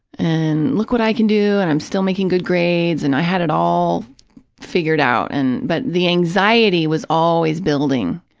and look what i can do and i'm still making good grades, and i had it all figured out, but the anxiety was always building,